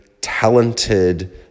talented